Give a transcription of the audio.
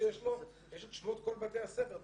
שיש לו, יש את שמות כל בתי הספר.